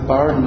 Bar